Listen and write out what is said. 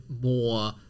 more